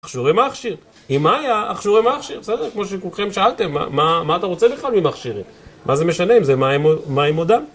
אכשורי מאכשיר, אם היה, אכשורי מאכשיר, בסדר, כמו שכולכם שאלתם, מה אתה רוצה בכלל ממאכשירים? מה זה משנה עם זה, מה עם עודם?